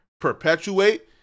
perpetuate